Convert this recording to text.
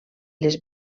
les